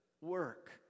work